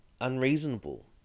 unreasonable